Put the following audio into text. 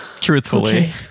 truthfully